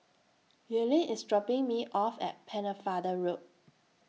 Earlean IS dropping Me off At Pennefather Road